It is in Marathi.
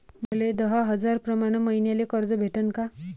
मले दहा हजार प्रमाण मईन्याले कर्ज भेटन का?